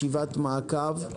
ישיבת מעקב.